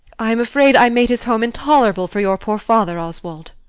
i am afraid i made his home intolerable for your poor father, oswald.